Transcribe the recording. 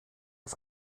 auf